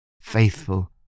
faithful